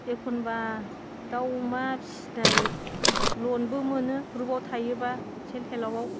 एखनबा दाउ अमा फिसिनाय ल'नबो मोनो ग्रुपाव थायोबा सेल्फ हेल्पआव